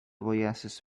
oasis